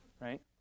right